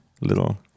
little